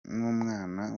numwana